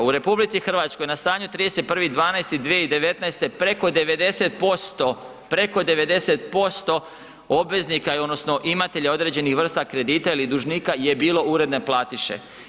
U RH na stanju 31.12.2019. preko 90%, preko 90% obveznika odnosno imatelja određenih vrsta kredita ili dužnika je bilo uredne platiše.